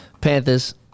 Panthers